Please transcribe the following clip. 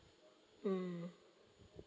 um